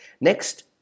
Next